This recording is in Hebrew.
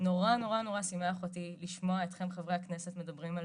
נורא נורא שימח אותי לשמוע אתכם חברי הכנסת מדברים על